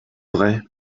vrai